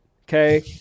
okay